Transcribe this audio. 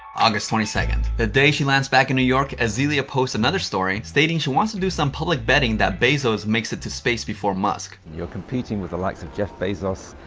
august twenty second, the day she lands back in new york, azealia posts another story stating she wants to do some public betting that bezos makes it to space before musk. you're competing with the likes of jeff bezos,